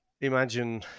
imagine